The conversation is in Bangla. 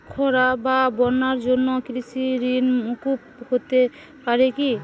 খরা বা বন্যার জন্য কৃষিঋণ মূকুপ হতে পারে কি?